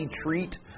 treat